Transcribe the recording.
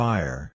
Fire